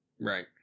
Right